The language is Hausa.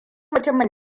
mutumin